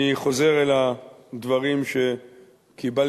אני חוזר אל הדברים שקיבלתי